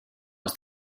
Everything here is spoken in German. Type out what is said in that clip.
aus